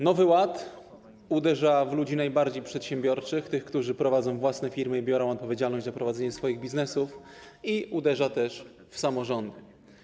Nowy Ład uderza w ludzi najbardziej przedsiębiorczych, tych, którzy prowadzą własne firmy i biorą odpowiedzialność za prowadzenie swoich biznesów, i uderza w samorządy.